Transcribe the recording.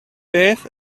beth